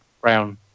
brown